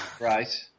Right